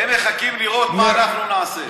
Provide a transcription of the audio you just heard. הם מחכים לראות מה אנחנו נעשה.